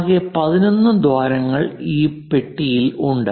ആകെ 11 ദ്വാരങ്ങൾ ഈ പെട്ടിയിൽ ഉണ്ട്